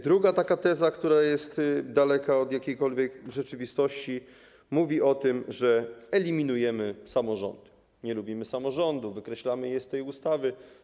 Druga teza, która jest daleka od jakiejkolwiek rzeczywistości, mówi o tym, że eliminujemy samorządy, nie lubimy samorządów, wykreślamy je z tej ustawy.